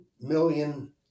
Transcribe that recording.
million